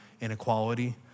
inequality